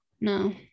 No